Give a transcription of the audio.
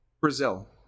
Brazil